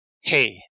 hey